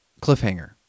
cliffhanger